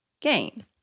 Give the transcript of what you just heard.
gain